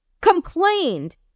complained